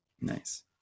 Nice